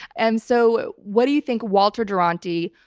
and so what do you think walter duranty,